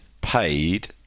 paid